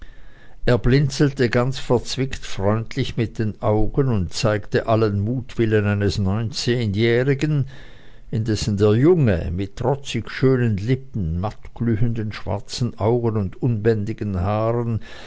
er blinzelte ganz verzwickt freundlich mit den augen und zeigte allen mutwillen eines neunzehnjährigen indessen der junge mit trotzig schönen lippen mattglühenden schwarzen augen und unbändigen haaren